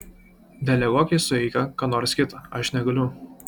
deleguok į sueigą ką nors kitą aš negaliu